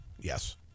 Yes